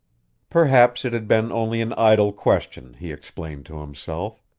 perhaps it had been only an idle question, he explained to himself.